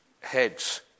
heads